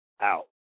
out